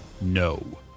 no